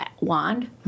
wand